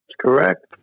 Correct